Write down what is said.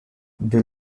they